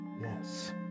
Yes